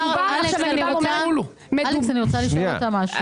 אלכס, אני רוצה לשאול אותה משהו.